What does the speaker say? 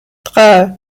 drei